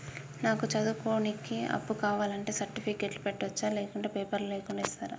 నాకు చదువుకోవడానికి అప్పు కావాలంటే సర్టిఫికెట్లు పెట్టొచ్చా లేకుంటే పేపర్లు లేకుండా ఇస్తరా?